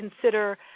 consider